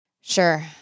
Sure